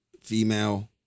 female